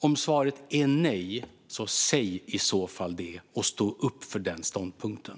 Om svaret är nej, säg i så fall det och stå upp för den ståndpunkten!